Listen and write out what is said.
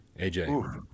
AJ